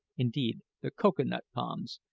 indeed, the cocoa-nut palms,